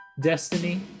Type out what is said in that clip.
destiny